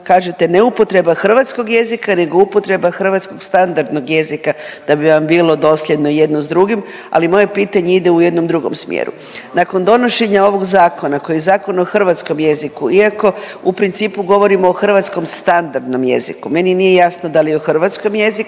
kažete ne upotreba hrvatskog jezika, nego upotreba hrvatskog standardnog jezika da bi vam bilo dosljedno jedno s drugim. Ali moje pitanje ide u jednom drugom smjeru. Nakon donošenja ovog zakona koji je Zakon o hrvatskom jeziku, iako u principu govorimo o hrvatskom standardnom jeziku meni nije jasno da li je o hrvatskom jeziku